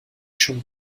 schon